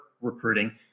recruiting